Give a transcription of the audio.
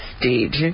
stage